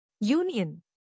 Union